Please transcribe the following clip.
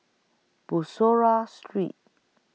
Bussorah Street